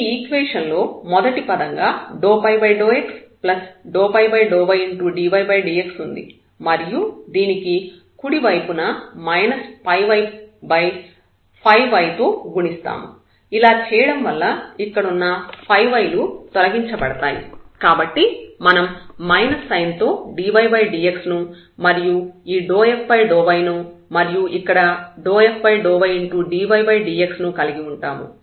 ఈ ఈక్వేషన్ లో మొదటి పదం గా ∂ϕ∂x∂ϕ∂ydydx ఉంది మరియు దీనికి కుడివైపున fyy తో గుణిస్తాము ఇలా చేయడం వల్ల ఇక్కడున్న yలు తొలగించబడతాయి కాబట్టి మనం మైనస్ సైన్ తో dydx ను మరియు ఈ ∂f∂y ను మరియు ఇక్కడ ఈ ∂f∂ydydx ను కలిగి ఉంటాము